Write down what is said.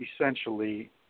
essentially